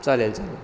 चालेल चालेल